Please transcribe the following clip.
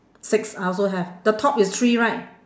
six I also have the top is three right